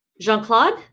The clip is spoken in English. Jean-Claude